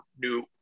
new